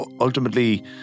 ultimately